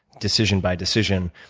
decision by decision.